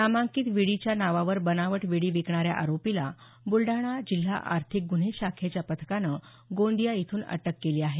नामांकित विडीच्या नावावर बनावट विडी विकणाऱ्या आरोपीला ब्लडाणा जिल्हा आर्थिक गुन्हे शाखेच्या पथकाने गोंदिया इथून अटक केली आहे